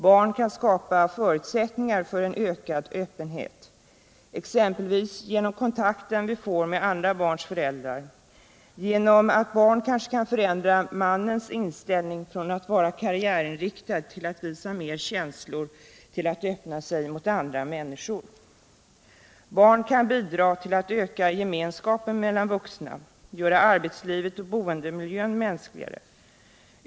Barn kan skapa förutsättningar för en ökad öppenhet, exempelvis genom att vi får kontakt med andra barns föräldrar. Barn kan kanske förändra mannens inställning från att vara karriärinriktad till att visa mer känslor, till att öppna sig mot andra människor. Barn kan bidra till att öka gemenskapen mellan vuxna och göra arbetslivet och boendemiljön mänskligare.